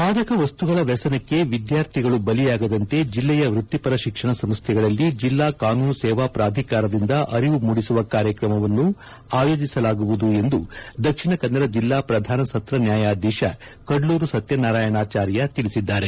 ಮಾದಕವಸ್ತುಗಳ ವ್ಯಸನಕ್ಕೆ ವಿದ್ಯಾರ್ಥಿಗಳೂ ಬಲಿಯಾಗದಂತೆ ಜಿಲ್ಲೆಯ ವೃತ್ತಿಪರ ಶಿಕ್ಷಣ ಸಂಸ್ದೆಗಳಲ್ಲಿ ಜಿಲ್ಲಾ ಕಾನೂನು ಸೇವಾ ಪ್ರಾಧಿಕಾರದಿಂದ ಅರಿವು ಮೂಡಿಸುವ ಕಾರ್ಯಕ್ರಮವನ್ನು ಆಯೋಜಿಸಲಾಗುವುದು ಎಂದು ದಕ್ಷಿಣ ಕನ್ನಡ ಜಿಲ್ಲಾ ಪ್ರಧಾನ ಸತ್ರ ನ್ಯಾಯಾಧೀಶ ಕಡ್ಲೂರು ಸತ್ಯನಾರಾಯಣಾಚಾರ್ಯ ತಿಳಿಸಿದ್ದಾರೆ